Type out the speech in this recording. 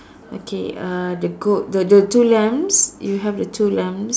okay uh the goat the the two lambs you have the two lambs